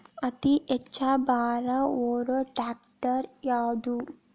ಅತಿ ಹೆಚ್ಚ ಭಾರ ಹೊರು ಟ್ರ್ಯಾಕ್ಟರ್ ಯಾದು?